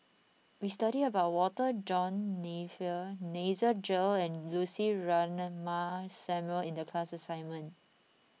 we studied about Walter John Napier Nasir Jalil and Lucy Ratnammah Samuel in the class assignment